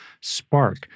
spark